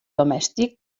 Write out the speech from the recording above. domèstic